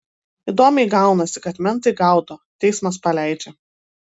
įdomiai gaunasi kad mentai gaudo teismas paleidžia